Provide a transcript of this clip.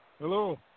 Hello